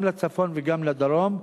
גם לצפון וגם לדרום,